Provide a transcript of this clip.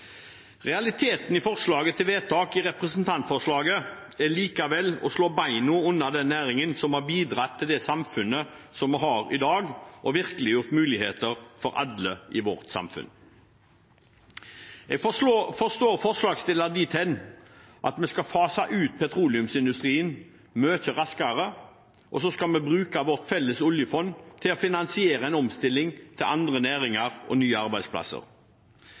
Realiteten i forslaget til vedtak i representantforslaget er å slå beina under den næringen som har bidratt til det samfunnet som vi har i dag, og virkeliggjort muligheter for alle i vårt samfunn. Jeg forstår forslagsstilleren dit hen at vi skal fase ut petroleumsindustrien mye raskere, og så skal vi bruke vårt felles oljefond til å finansiere en omstilling til andre næringer og nye arbeidsplasser.